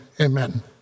Amen